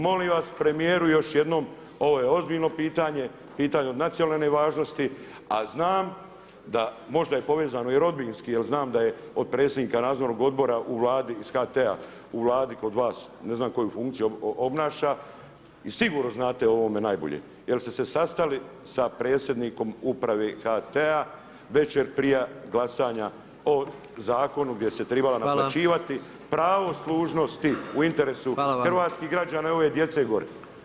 Molim vas premijeru još jednom ovo je ozbiljno pitanje, pitanje od nacionalne važnosti, a znam da možda je povezano i rodbinski jel znam da je od predsjednika Nadzornog odbora u Vladi iz HT, u Vladi kod vas, ne znam koju funkciju obnaša i sigurno znate o ovome najbolje, jel ste se sastali sa predsjednikom uprave HT večer prije glasanja o zakonu gdje se tribala naplaćivati [[Upadica: Hvala.]] pravo služnosti u interesu [[Upadica: Hvala vam.]] hrvatskih građana i ove djece gore.